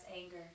anger